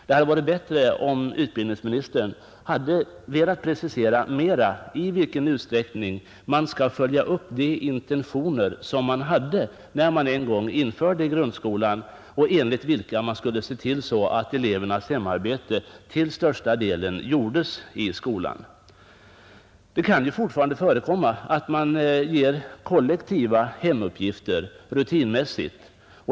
Det hade varit bättre om utbildningsministern mera velat precisera i vilken utsträckning man skall följa upp de intentioner som man hade när man en gång införde grundskolan och enligt vilka man skulle se till att elevernas arbeten till största delen genomfördes i skolan. Det kan ju fortfarande förekomma att man rutinmässigt ger kollektiva hemuppgifter.